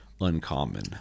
uncommon